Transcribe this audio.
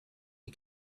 you